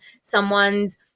someone's